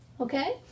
okay